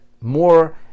more